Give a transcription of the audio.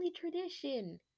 tradition